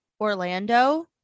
Orlando